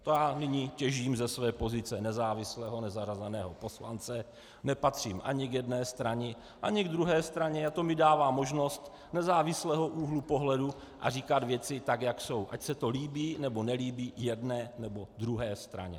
To já nyní těžím ze své pozice nezávislého nezařazeného poslance, nepatřím ani k jedné straně, ani k druhé straně a to mi dává možnost nezávislého úhlu pohledu a říkat věci tak, jak jsou, ať se to líbí, nebo nelíbí jedné, nebo druhé straně.